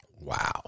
Wow